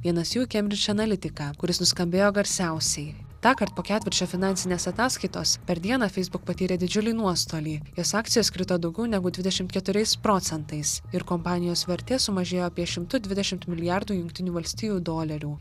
vienas jų cambridge analytica kuris nuskambėjo garsiausiai tąkart po ketvirčio finansinės ataskaitos per dieną facebook patyrė didžiulį nuostolį jos akcijos krito daugiau negu dvidešimt keturiais procentais ir kompanijos vertė sumažėjo apie šimtu dvidešimt milijardų jungtinių valstijų dolerių